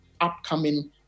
upcoming